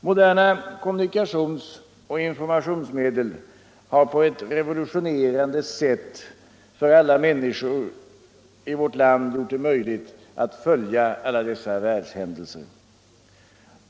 Moderna kommunikationsoch informationsmedel har på ett revolutionerande sätt för alla människor i vårt land gjort det möjligt att följa världshändelserna.